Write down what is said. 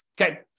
Okay